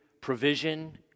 provision